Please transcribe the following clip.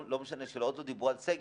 לא משנה שעוד לא דיברו על סגר.